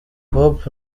hope